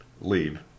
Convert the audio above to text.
leave